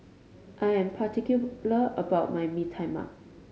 I am particular about my Mee Tai Mak